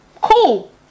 Cool